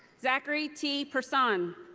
zachery t. persun.